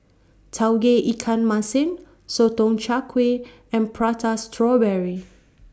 Tauge Ikan Masin Sotong Char Kway and Prata Strawberry